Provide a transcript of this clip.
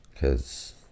Cause